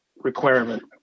requirement